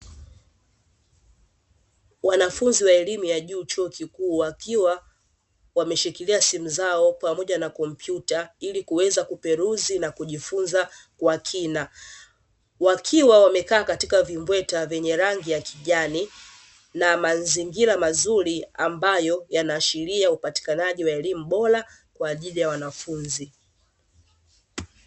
Wanafunzi wa elimu ya juu chuo kikuu, wakiwa wameshikilia simu zao pamoja na kompyuta; ili kuweza kuperuzi na kujifunza kwa kina, wakiwa wamekaa katika vimbweta vyenye rangi ya kijani na mazingira mazuri, ambayo yanaashiria upatikanaji wa elimu bora kwa ajili ya wanafunzi.